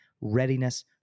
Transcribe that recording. Readiness